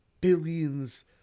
billions